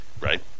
right